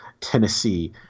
Tennessee